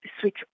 switch